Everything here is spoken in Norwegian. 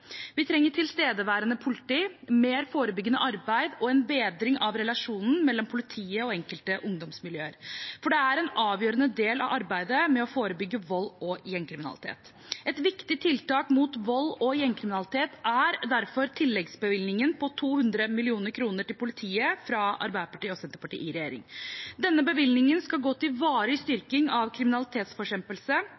Vi trenger tilstedeværende politi, mer forebyggende arbeid og en bedring av relasjonen mellom politiet og enkelte ungdomsmiljøer, for det er en avgjørende del av arbeidet med å forebygge vold og gjengkriminalitet. Et viktig tiltak mot vold og gjengkriminalitet er derfor tilleggsbevilgningen på 200 mill. kr til politiet fra Arbeiderpartiet og Senterpartiet i regjering. Denne bevilgningen skal gå til varig